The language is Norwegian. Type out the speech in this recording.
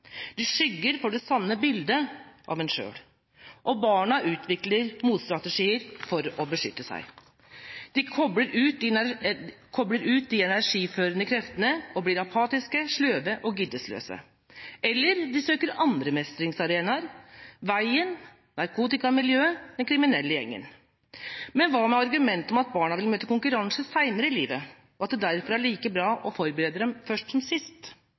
De skygger for det sanne bildet av en selv. Og barna utvikler motstrategier for å beskytte seg. De kobler ut de energiførende kreftene og blir apatiske, sløve, giddesløse. Eller de søker andre mestringsarenaer: veiene, narkotikamiljøet, den kriminelle gjengen. Men hva med argumentet om at barna vil møte konkurransen senere i livet – og at det derfor er like bra å forberede dem først som sist?